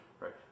Right